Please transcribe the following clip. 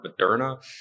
Moderna